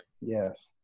Yes